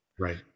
Right